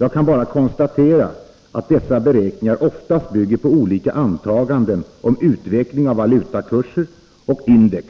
Jag kan bara konstatera att dessa beräkningar oftast bygger på olika antaganden om utveckling av valutakurser och index